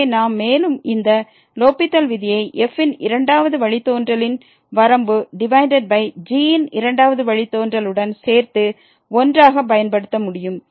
எனவே நாம் மேலும் இந்த லோப்பித்தல் விதியை f ன் இரண்டாவது வழித்தோன்றலின்வரம்பு டிவைடட் பை g ன் இரண்டாவது வழித்தோன்றல் உடன் சேர்த்து ஒன்றாக பயன்படுத்த முடியும்